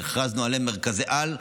הכרזנו עליהם כמרכזי-על,